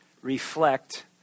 reflect